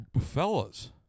fellas